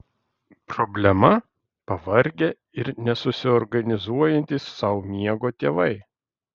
problema pavargę ir nesusiorganizuojantys sau miego tėvai